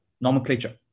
nomenclature